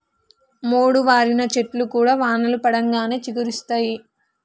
మోడువారిన చెట్లు కూడా వానలు పడంగానే చిగురిస్తయి